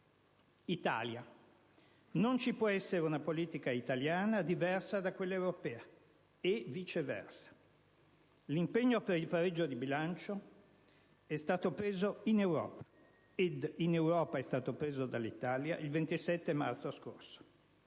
Italia: non ci può essere una politica italiana diversa da quella europea, e viceversa. L'impegno per il pareggio di bilancio è stato preso in Europa, e in Europa è stato preso dall'Italia il 27 marzo scorso.